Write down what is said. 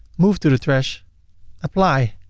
move to the trash apply.